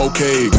Okay